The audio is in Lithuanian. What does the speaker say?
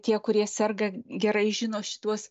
tie kurie serga gerai žino šituos